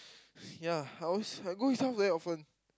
ya I always I go his house very often